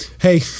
hey